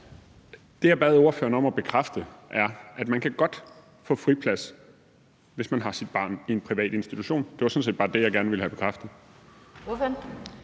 Det, jeg bad ordføreren om at bekræfte, er, at man godt kan få friplads, hvis man har sit barn i en privat institution. Det var sådan set bare det, jeg gerne ville have bekræftet.